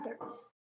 others